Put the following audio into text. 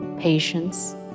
Patience